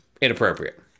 inappropriate